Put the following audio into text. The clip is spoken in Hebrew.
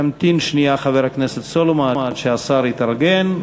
ימתין שנייה חבר הכנסת סולומון עד שהשר יתארגן.